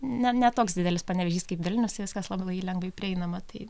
ne ne toks didelis panevėžys kaip vilnius tai viskas labai lengvai prieinama tai